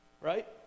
Right